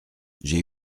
j’ai